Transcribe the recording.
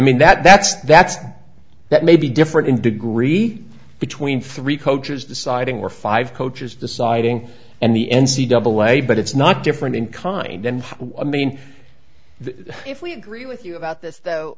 mean that that's that's that may be different in degree between three coaches deciding we're five coaches deciding and the n c double way but it's not different in kind and i mean if we agree with you about this